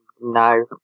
No